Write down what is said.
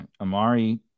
Amari